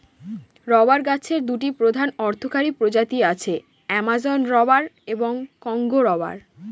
rubber গাছের দুটি প্রধান অর্থকরী প্রজাতি আছে, অ্যামাজন রবার এবং কংগো রবার